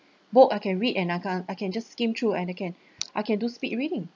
book I can read and I can I can just skim through and I can I can do speed reading